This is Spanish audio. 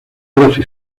brazo